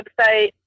website